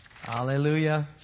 Hallelujah